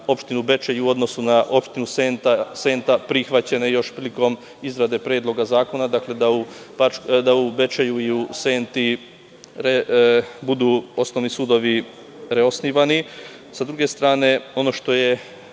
opštinu Bečej i u odnosu na opštinu Senta prihvaćene još prilikom izrade predloga zakona, da u Bečeju i u Senti budu osnovni sudovi reosnivani.S druge strane, ono što je